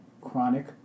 chronic